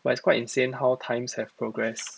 but is quite insane how times have progressed